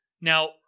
Now